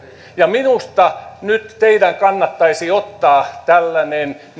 minusta teidän kannattaisi nyt ottaa tällainen